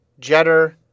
Jetter